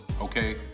okay